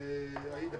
עאידה